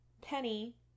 Penny